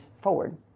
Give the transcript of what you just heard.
forward